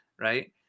right